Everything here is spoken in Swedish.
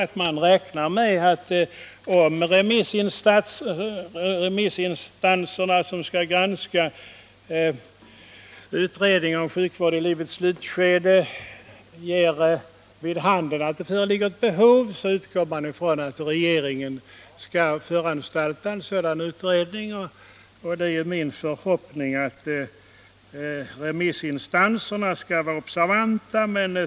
Nu skriver utskottet att om de remissinstanser som skall granska utredningen om sjukvård i livets slutskede ger vid handen att det föreligger ett behov av en utredning, så utgår man från att regeringen skall föranstalta om en sådan. Det är min förhoppning att remissinstanserna skall vara observanta.